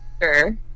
sure